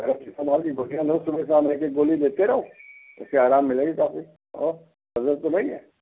paracetamol की गोलियाँ लो सुबह शाम एक एक गोली लेते रहो उससे आराम मिलेगी काफ़ी और